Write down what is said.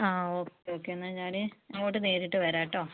ആ okay okay എന്നാൽ ഞാൻ അങ്ങോട്ട് നേരിട്ട് വരാം കേട്ടോ